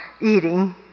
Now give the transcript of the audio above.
eating